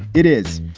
it is.